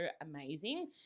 amazing